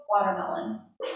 watermelons